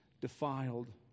defiled